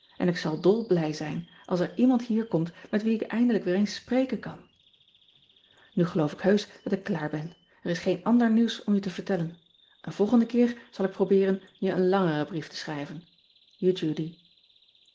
en ik zal dolblij zijn als er iemand hier komt met wien ik eindelijk weer eens spreken kan u geloof ik heusch dat ik klaar ben r is geen ander nieuws om je te vertellen en volgenden keer zal ik probeeren je een langeren brief te schrijven